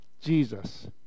Jesus